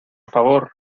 favor